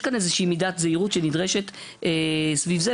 יש כאן איזושהי מידת זהירות שנדרשת סביב זה.